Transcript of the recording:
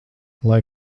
lai